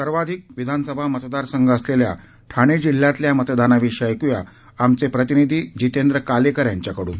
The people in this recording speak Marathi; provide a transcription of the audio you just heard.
सर्वाधिक विधानसभा मतदारसंघ असलेल्या ठाणे जिल्ह्यातल्या मतदानाविषयी ऐक्या आमचे प्रतिनिधी जितेंद्र कालेकर यांच्याकडून